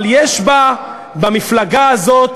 אבל יש במפלגה הזאת